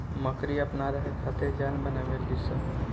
मकड़ी अपना रहे खातिर जाल बनावे ली स